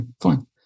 Fine